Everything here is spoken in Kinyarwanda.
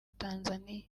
tanzaniya